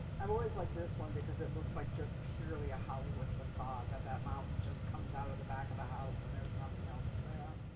i've always liked like this one because it looks like just purely a hollywood facade that that mountain just comes out of the back of the house, and there's nothing else there.